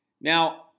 Now